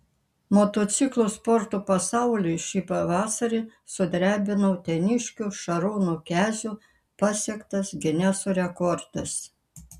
motociklų sporto pasaulį šį pavasarį sudrebino uteniškio šarūno kezio pasiektas gineso rekordas